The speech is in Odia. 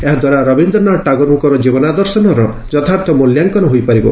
ଏହାଦ୍ୱାରା ରବିନ୍ଦ୍ରନାଥ ଟାଗୋରଙ୍କର ଜୀବନଦର୍ଶନର ଯଥାର୍ଥ ମ୍ବଲ୍ୟାଙ୍କନ ହୋଇପାରିବ